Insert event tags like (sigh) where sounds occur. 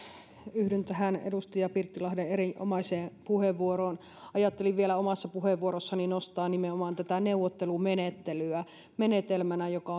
yhdyn tähän edustaja pirttilahden erinomaiseen puheenvuoroon ajattelin vielä omassa puheenvuorossani nostaa nimenomaan tätä neuvottelumenettelyä menetelmänä joka (unintelligible)